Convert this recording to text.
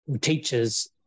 teachers